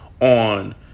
on